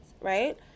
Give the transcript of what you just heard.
right